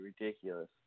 ridiculous